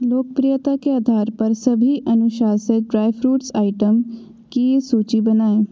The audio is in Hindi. लोकप्रियता के आधार पर सभी अनुशंसित ड्राई फ्रूट आइटम्स की सूचि बनाएँ